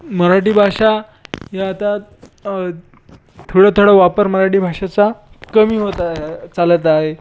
मराठी भाषा ही आता थोडं थोडं वापर मराठी भाषेचा कमी होत आहे चालत आहे